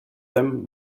them